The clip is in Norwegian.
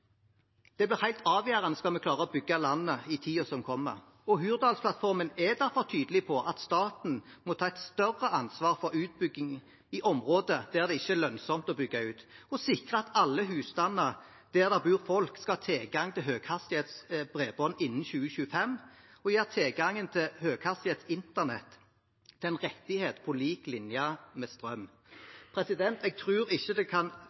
Det blir helt avgjørende skal vi klare å bygge landet i tiden som kommer. Hurdalsplattformen er derfor tydelig på at staten må ta et større ansvar for utbygging i områder der det ikke er lønnsomt å bygge ut, for å sikre at alle husstander der det bor folk, skal ha tilgang til høyhastighetsbredbånd innen 2025, og gjøre tilgangen til høyhastighetsinternett til en rettighet på lik linje med strøm. Jeg tror ikke det kan